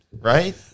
right